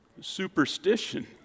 Superstition